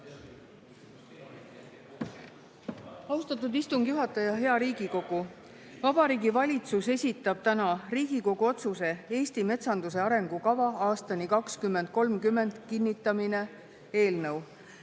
Austatud istungi juhataja! Hea Riigikogu! Vabariigi Valitsus esitab täna Riigikogu otsuse "Eesti metsanduse arengukava aastani 2030 kinnitamine" eelnõu.